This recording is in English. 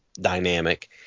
dynamic